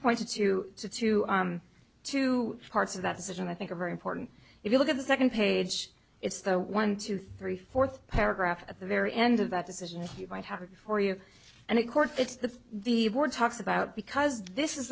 point to two to two two parts of that decision i think are very important if you look at the second page it's the one two three fourth paragraph at the very end of that decision you might have it for you and of course it's the the board talks about because this is